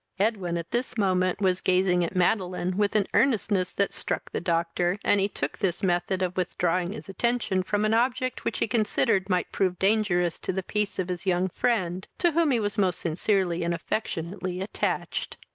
edwin at this moment was gazing at madeline with an earnestness that struck the doctor, and he took this method of withdrawing his attention from an object which he considered might prove dangerous to the peace of his young friend, to whom he was most sincerely and affectionately attached.